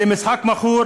זה משחק מכור